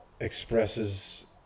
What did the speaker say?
expresses